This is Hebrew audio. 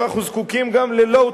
אבל אנחנו זקוקים גם ל-low-tech,